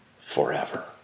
forever